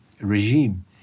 regime